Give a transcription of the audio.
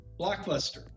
Blockbuster